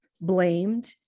blamed